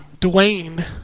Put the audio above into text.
Dwayne